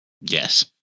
Yes